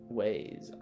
ways